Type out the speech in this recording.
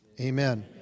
Amen